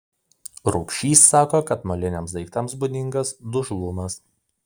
rubšys sako kad moliniams daiktams būdingas dužlumas